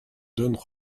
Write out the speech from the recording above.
don